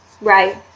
Right